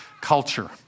culture